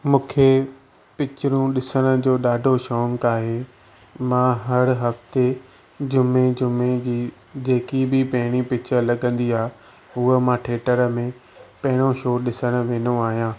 मूंखे पिक्चरु ॾिसण जो ॾाढो शौक़ु आहे मां हर हफ़्ते जुमें जुमें जी जेकी बि पहिरीं पिक्चर लॻंदी आहे उहा मां थिएटर में पहिरियों शौ ॾिसणु वेंदो आहियां